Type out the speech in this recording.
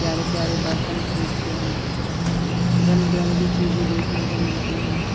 پیارے پیارے برتن خریدتے ہیں رنگ برنگی چیزیں دیکھنے کو ملتی ہیں